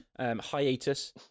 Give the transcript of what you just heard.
hiatus